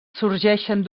sorgeixen